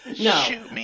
No